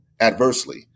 adversely